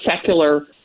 secular